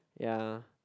ya